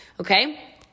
okay